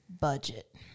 budget